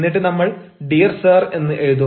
എന്നിട്ട് നമ്മൾ dear sir എന്ന് എഴുതും